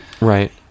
right